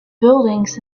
buildings